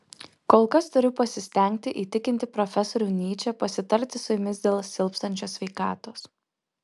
kol kas turiu pasistengti įtikinti profesorių nyčę pasitarti su jumis dėl silpstančios sveikatos